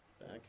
back